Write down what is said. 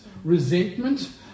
resentment